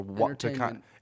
Entertainment